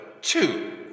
two